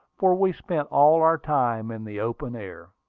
for we spent all our time in the open air.